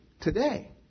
today